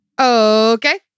Okay